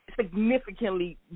significantly